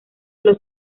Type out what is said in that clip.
los